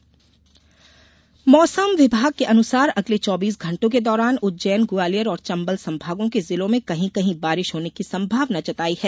मौसम मौसम विभाग के अनुसार अगले चौबीस घण्टों के दौरान उज्जैन ग्वालियर और चंबल संभागों के जिलों में कहीं कहीं बारिश होने की संभावना जताई है